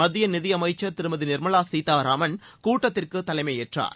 மத்திய நிதியமைச்சர் திருமதி நிர்மலா சீத்தாராமன் கூட்டத்திற்கு தலைமையேற்றார்